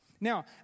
Now